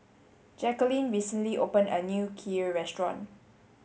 Jackeline recently opened a new Kheer restaurant